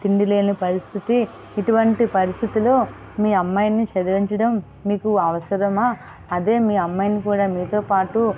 తిండి లేని పరిస్థితి ఇటువంటి పరిస్థితిలో మీ అమ్మాయిని చదివించడం మీకు అవసరమా అదే మీ అమ్మాయిని కూడా మీతో పాటు